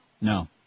No